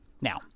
Now